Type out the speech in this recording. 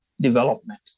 development